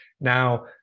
now